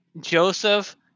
Joseph